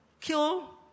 kill